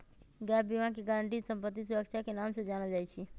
gap बीमा के guarantee संपत्ति सुरक्षा के नाम से जानल जाई छई